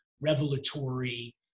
revelatory